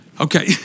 Okay